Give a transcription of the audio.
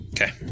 Okay